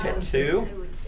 Two